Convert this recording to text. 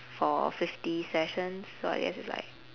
for fifty sessions so I guess it's like